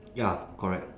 ya correct